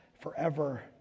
forever